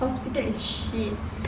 hospital is shit